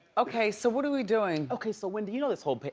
okay, so what are we doing? okay, so wendy, you know this whole, but